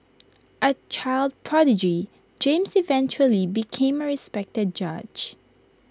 A child prodigy James eventually became A respected judge